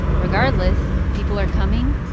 regardless, people are coming,